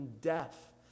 death